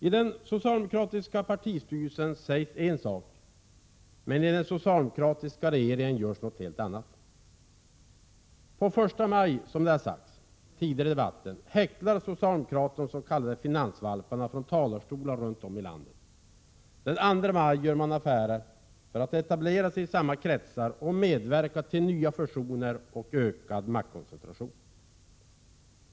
I den socialdemokratiska partistyrelsen sägs en sak, men i den socialdemokratiska regeringen görs något helt annat. På första maj häcklar socialdemokraterna de s.k. finansvalparna från talarstolar runt om i landet. Den 2 maj gör man affärer för att etablera sig i samma kretsar och medverkar till nya fusioner och ökad maktkoncentration.